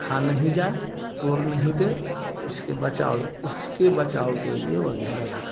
खा नहीं जाए तोड़ नहीं दे इसके बचाव इसके बचाव के लिए वो घेरा लगा है